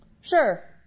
Sure